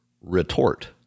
retort